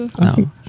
no